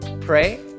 pray